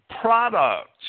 products